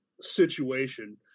situation